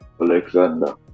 Alexander